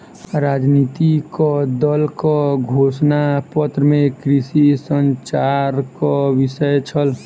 राजनितिक दलक घोषणा पत्र में कृषि संचारक विषय छल